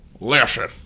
listen